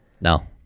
No